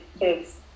yes